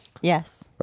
Yes